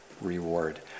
reward